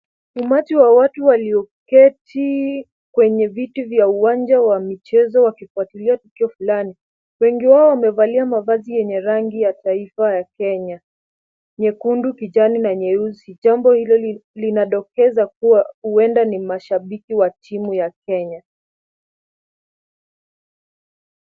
Umati wa watu walioketi kwenye viti vya uwanja wa michezo wakifuatilia tukio fulani. Wengi wao wamevalia mavazi yenye rangi ya taifa ya Kenya. Nyekundu, kijani na nyeusi. Jambo hilo linadokeza kuwa huenda ni mashabiki wa timu ya Kenya.